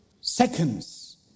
seconds